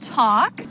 talk